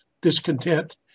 discontent